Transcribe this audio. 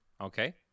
Okay